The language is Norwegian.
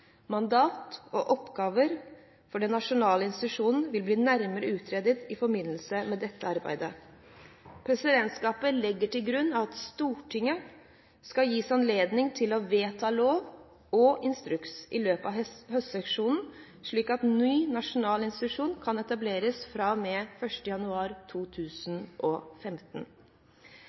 Mandat og oppgaver for den nasjonale institusjonen vil bli nærmere utredet i forbindelse med dette arbeidet. Presidentskapet legger til grunn at Stortinget skal gis anledning til å vedta lov og instruks i løpet av høstsesjonen, slik at ny nasjonal institusjon kan etableres fra og med 1. januar 2015.